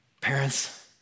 Parents